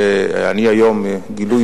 גברתי